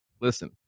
listen